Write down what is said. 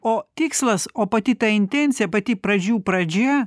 o tikslas o pati ta intencija pati pradžių pradžia